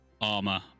armor